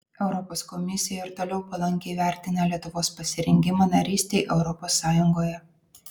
europos komisija ir toliau palankiai vertina lietuvos pasirengimą narystei europos sąjungoje